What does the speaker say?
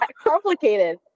complicated